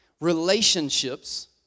Relationships